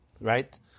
Right